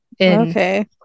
Okay